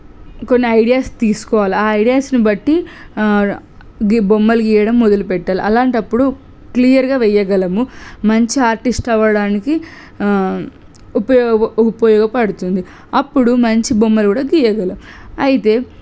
కొన్ని ఐడియాస్ తీసుకోవాల ఆ ఐడియాస్ని బట్టి గీ బొమ్మలు గీయడం మొదలు పెట్టాలి అలాంటి అప్పుడు క్లియర్గా వెయ్యగలము మంచి ఆర్టిస్ట్ అవ్వడానికి ఉపయోగ ఉపయోగపడుతుంది అప్పుడు మంచి బొమ్మలు కూడా గీయగలం అయితే